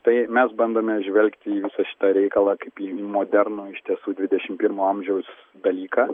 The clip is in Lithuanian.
tai mes bandome žvelgti į visą šitą reikalą kaip į modernų iš tiesų dvidešimt pirmo amžiaus dalyką